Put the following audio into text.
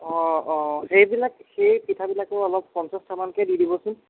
অঁ অঁ সেইবিলাক সেই পিঠাবিলাকো অলপ পঞ্চাছটা মানকে দি দিবচোন